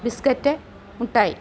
biscuit മുട്ടായി